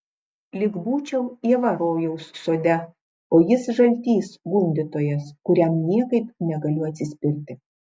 lyg būčiau ieva rojaus sode o jis žaltys gundytojas kuriam niekaip negaliu atsispirti